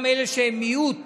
גם אלה שהם מיעוט